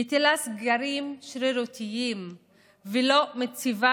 מטילה סגרים שרירותיים ולא מציבה